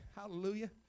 Hallelujah